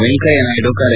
ವೆಂಕಯ್ಜನಾಯ್ದು ಕರೆ